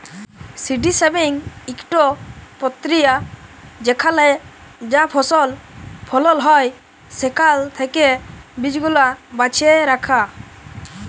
seed saving ইকট পক্রিয়া যেখালে যা ফসল ফলল হ্যয় সেখাল থ্যাকে বীজগুলা বাছে রাখা